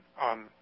on